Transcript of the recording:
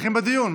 ממשיכים בדיון.